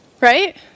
right